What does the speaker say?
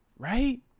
right